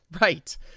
Right